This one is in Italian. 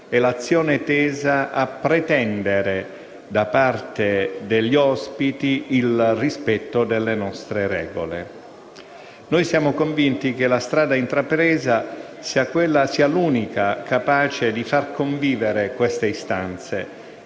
e l'azione tesa a pretendere, da parte degli ospiti, il rispetto delle nostre regole. Siamo convinti che la strada intrapresa sia l'unica capace di far convivere queste istanze,